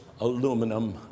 aluminum